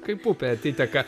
kaip upė atiteka